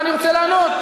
ואני רוצה לענות.